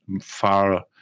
far